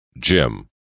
Jim